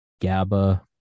GABA